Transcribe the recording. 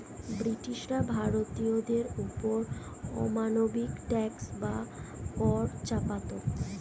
ব্রিটিশরা ভারতীয়দের ওপর অমানবিক ট্যাক্স বা কর চাপাতো